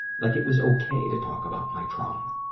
like it was okay to talk about my trauma.